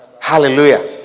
hallelujah